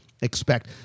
expect